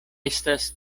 estas